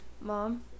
Mom